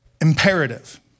imperative